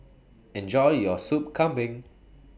Enjoy your Sup Kambing